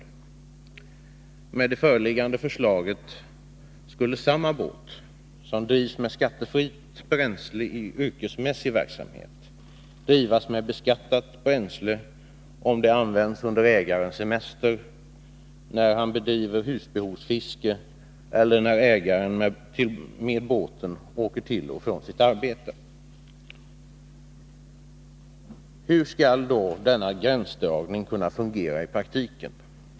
Enligt det föreliggande förslaget skulle en och samma båt drivas med skattefritt bränsle om den används i yrkesmässig verksamhet, men med beskattat bränsle om den används under ägarens semester, när ägaren bedriver husbehovsfiske eller när ägaren åker till och från sitt arbete. Hur skall denna gränsdragning kunna fungera i praktiken?